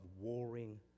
warring